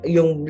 Yung